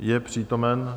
Je přítomen?